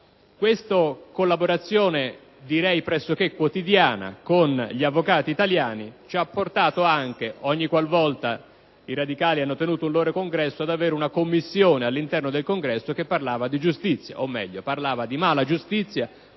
Questa collaborazione, direi pressoché quotidiana, con gli avvocati italiani ci ha portato anche, ogniqualvolta i radicali hanno tenuto un loro congresso, ad avere all'interno del congresso, una commissione sulla giustizia, o meglio sulla malagiustizia